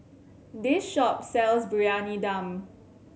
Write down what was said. this shop sells Briyani Dum